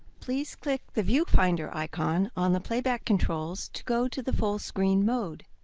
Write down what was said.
please click the view finder icon on the playback controls to go to the full screen mode.